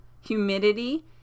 humidity